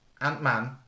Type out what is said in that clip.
Ant-Man